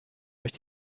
durch